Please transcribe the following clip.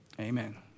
Amen